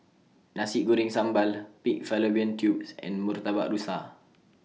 Nasi Goreng Sambal Pig Fallopian Tubes and Murtabak Rusa